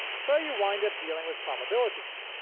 so you wind up dealing with probabilities.